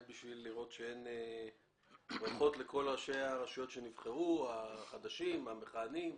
ברכות לכל ראשי הרשויות שנבחרו החדשים והמכהנים.